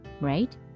right